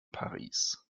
paris